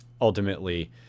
Ultimately